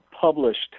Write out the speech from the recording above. published